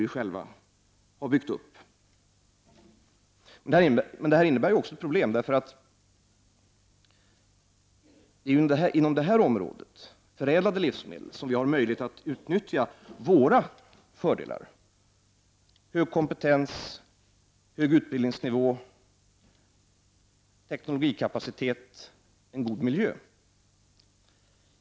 vi själva, har byggt upp. Men detta innebär också problem. Det är inom detta område, förädlade livsmedel, som vi har möjlighet att utnyttja våra fördelar. Vi har hög kompetens, hög utbildningsnivå, teknisk kapacitet och en god miljö.